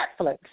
Netflix